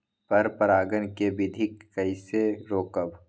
पर परागण केबिधी कईसे रोकब?